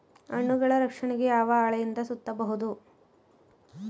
ಹಣ್ಣುಗಳ ರಕ್ಷಣೆಗೆ ಯಾವ ಹಾಳೆಯಿಂದ ಸುತ್ತಬಹುದು?